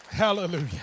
Hallelujah